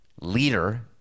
leader